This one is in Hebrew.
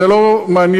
זה לא מעניין,